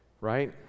right